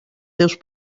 seus